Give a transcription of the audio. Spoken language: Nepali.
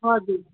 हजुर